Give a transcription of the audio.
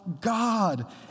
God